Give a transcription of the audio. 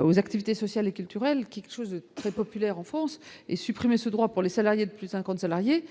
aux activités sociales et culturelles qui soit très populaire en France et supprimer ce droit pour les salariés de plus de 50 salariés,